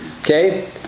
Okay